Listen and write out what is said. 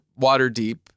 Waterdeep